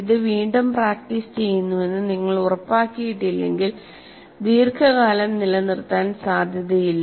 ഇത് വീണ്ടും പ്രാക്ടീസ് ചെയ്യുന്നുവെന്ന് നിങ്ങൾ ഉറപ്പാക്കിയിട്ടില്ലെങ്കിൽ ദീർഘകാലം നിലനിർത്താൻ സാധ്യതയില്ല